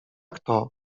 kto